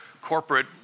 corporate